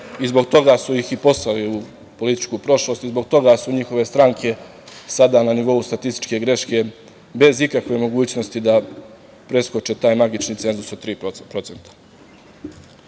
i zbog toga su i poslali u političku prošlost i zbog toga su njihove stranke sada na nivou statističke greške, bez ikakvih mogućnosti da preskoče taj magični cenzus od